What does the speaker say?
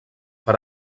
per